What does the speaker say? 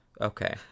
Okay